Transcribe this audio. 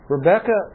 Rebecca